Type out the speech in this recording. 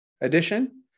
edition